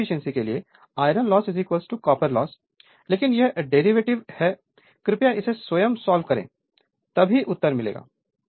maximum efficiency के लिए iron loss copper loss लेकिन यह डेरिवेटिव है कृपया इसे स्वयं सॉल्व करें तभी उत्तर मिलेगा